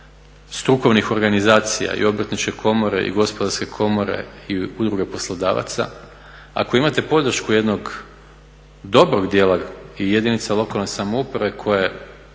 strukovnih organizacija i Obrtničke komore i Gospodarske komore i Udruge poslodavaca, ako imate podršku jednog dobro dijela i jedinica lokalne samouprave koja